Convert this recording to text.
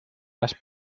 las